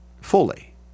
fully